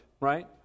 right